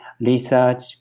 research